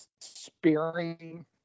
spearing